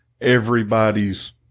everybody's